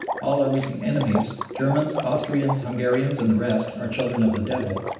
all our recent enemies, germans, austrians, hungarians, and the rest, are children of the devil,